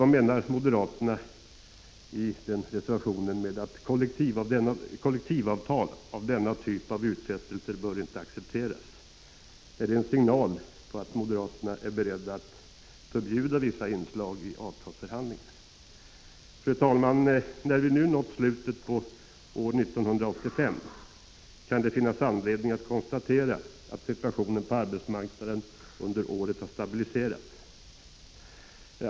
Till slut: Vad menar moderaterna när de i reservationen säger: ”Kollektivavtal med denna typ av utfästelser bör inte accepteras”? Är det en signal om att moderaterna är beredda att förbjuda vissa inslag i avtalsförhandlingarna? Fru talman! När vi nu nått slutet av år 1985 kan det finnas anledning att konstatera att situationen på arbetsmarknaden under året har stabiliserats.